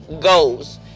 goals